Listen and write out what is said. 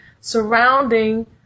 surrounding